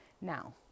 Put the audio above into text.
Now